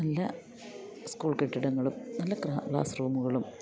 നല്ല സ്കൂൾ കെട്ടിടങ്ങളും നല്ല ക്ലാസ് റൂമുകളും